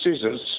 scissors